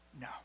No